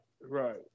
right